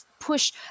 push